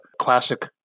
classic